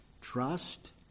Trust